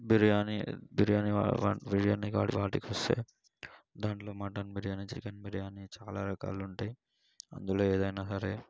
బిర్యానీ బిర్యానీ బిర్యానీ కానీ ఇస్తే దాంట్లో మటన్ బిర్యానీ చికెన్ బిర్యానీ చాలా రకాలు ఉంటాయి అందులో ఏదన్నా సరే